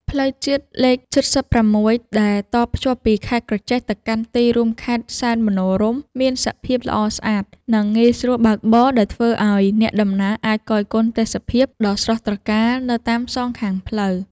ផ្លូវជាតិលេខ៧៦ដែលតភ្ជាប់ពីខេត្តក្រចេះទៅកាន់ទីរួមខេត្តសែនមនោរម្យមានសភាពល្អស្អាត និង ងាយស្រួលបើកបរដែលធ្វើឱ្យអ្នកធ្វើដំណើរអាចគយគន់ទេសភាពដ៏ស្រស់ត្រកាលនៅតាមសងខាងផ្លូវ។